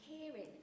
hearing